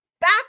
back